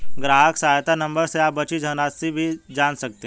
ग्राहक सहायता नंबर से आप बची धनराशि भी जान सकते हैं